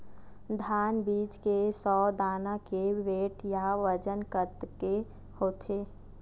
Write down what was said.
धान बीज के सौ दाना के वेट या बजन कतके होथे?